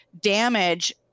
damage